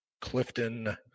Clifton